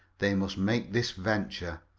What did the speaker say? they must make this venture.